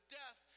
death